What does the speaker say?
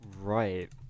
Right